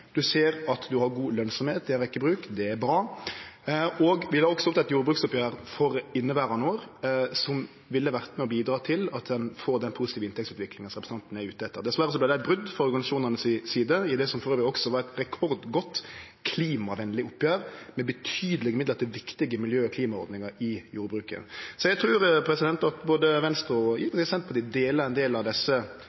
ser at ein har god lønsemd i ei rekkje bruk – det er bra. Vi ville også hatt eit jordbruksoppgjer for inneverande år som ville ha vore med og bidrege til at ein fekk den positive inntektsutviklinga som representanten er ute etter. Dessverre vart det eit brot frå organisasjonane si side i det som elles også var eit rekordgodt klimavenleg oppgjer med betydelege midlar til viktige miljø- og klimaordningar i jordbruket. Eg trur at Venstre og